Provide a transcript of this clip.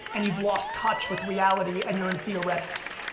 and you've lost touch with reality and you're in theoretics.